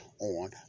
on